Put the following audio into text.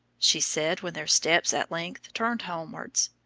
she said, when their steps at length turned homewards,